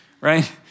right